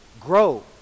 grow